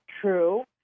true